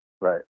Right